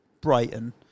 Brighton